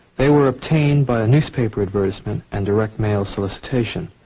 they were obtained by a newspaper advertisement and direct mail solicitation.